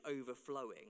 overflowing